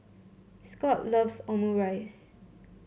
Scott loves Omurice